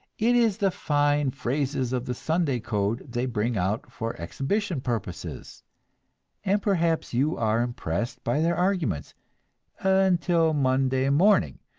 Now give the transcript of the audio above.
it is the fine phrases of the sunday code they bring out for exhibition purposes and perhaps you are impressed by their arguments until monday morning,